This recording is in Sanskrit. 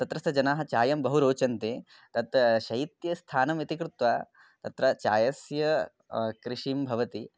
तत्रस्थजनेभ्यः चायं बहु रोचते तत् शैत्यस्थानमिति कृत्वा तत्र चायस्य कृषिः भवति